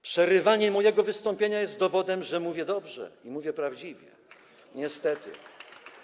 Przerywanie mojego wystąpienia jest dowodem, że mówię dobrze i mówię prawdziwie, niestety.